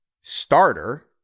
starter